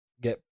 get